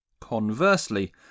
Conversely